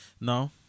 No